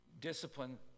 Discipline